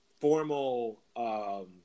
formal